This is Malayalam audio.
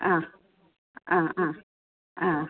ആ ആ ആ ആ